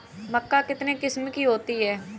मक्का कितने किस्म की होती है?